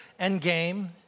Endgame